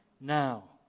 now